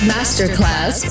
Masterclass